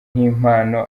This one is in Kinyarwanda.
nk’impano